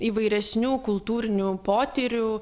įvairesnių kultūrinių potyrių